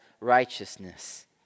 righteousness